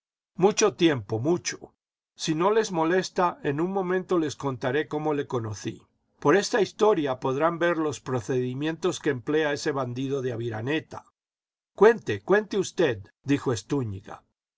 mucho tiempo mucho si no les molesta en un momento les contaré cómo le conocí por esta historia podrán ver los procedimientos que emplea ese bandido de aviraneta cuente cuente usted dijo